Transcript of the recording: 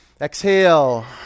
exhale